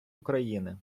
україни